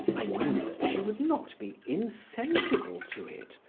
i knew that she would not be insensible to it,